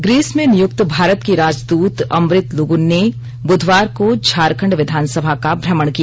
Greece में नियुक्त भारत के राजदूत अमृत लुगून ने बुधवार को झारखंड विधानसभा का भ्रमण किया